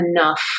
enough